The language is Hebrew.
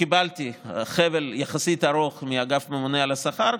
קיבלתי חבל יחסית ארוך מאגף הממונה על השכר,